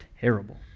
terrible